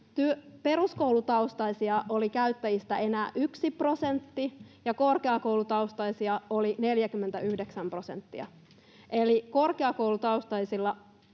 Peruskoulutaustaisia oli käyttäjistä enää yksi prosentti, ja korkeakoulutaustaisia oli 49 prosenttia. Eli korkeakoulutaustaisilla